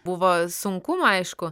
buvo sunkumų aišku